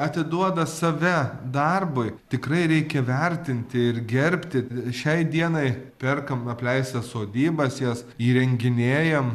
atiduoda save darbui tikrai reikia vertinti ir gerbti šiai dienai perkam apleistas sodybas jas įrenginėjam